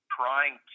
trying